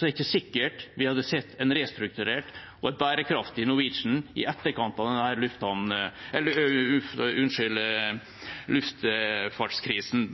det ikke sikkert vi hadde sett et restrukturert og bærekraftig Norwegian i etterkant av luftfartskrisen.